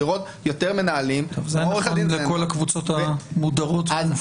לראות יותר מנהלים --- זה נכון לכל הקבוצות המודרות והמופלות לצערי.